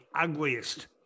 ugliest